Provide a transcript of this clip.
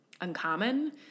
uncommon